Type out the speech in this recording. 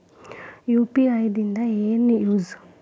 UPI ದಿಂದ ಏನು use?